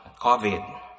COVID